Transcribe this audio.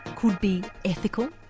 could be ethical?